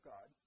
God